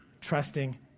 trusting